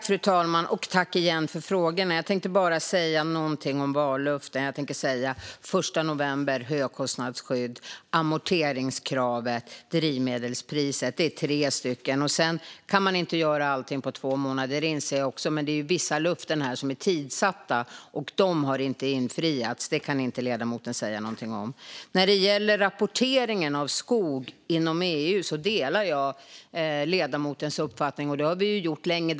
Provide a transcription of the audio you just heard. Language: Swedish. Fru talman! Jag tackar återigen för frågorna. Jag tänkte säga något om vallöften, nämligen den 1 november och högkostnadsskyddet, amorteringskravet samt drivmedelspriset. Det är tre löften. Jag inser också att man inte kan göra allt på två månader, men vissa löften är tidssatta - och de har inte infriats. Det kan inte ledamoten säga något om. Jag delar ledamotens uppfattning när det gäller rapporteringen av skog inom EU. Det har vi gjort länge.